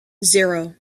zero